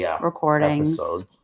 recordings